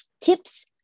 tips